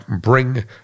bring